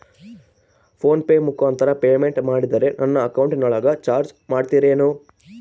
Phone pay ಮುಖಾಂತರ payment ಮಾಡಿದರೆ ನನ್ನ ಅಕೌಂಟಿನೊಳಗ ಚಾರ್ಜ್ ಮಾಡ್ತಿರೇನು?